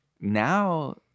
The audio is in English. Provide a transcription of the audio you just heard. now